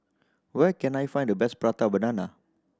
where can I find the best Prata Banana